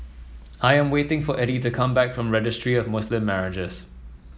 I am waiting for Eddy to come back from Registry of Muslim Marriages